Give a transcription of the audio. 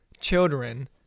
children